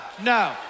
no